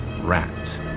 rat